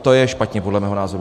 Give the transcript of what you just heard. To je špatně podle mého názoru.